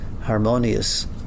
harmonious